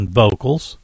vocals